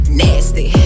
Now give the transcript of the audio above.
nasty